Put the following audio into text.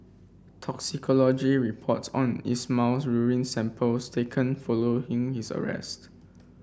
toxicology reports on Ismail's urine samples taken following his arrest